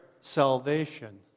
salvation